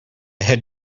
head